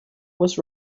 was